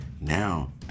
Now